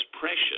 precious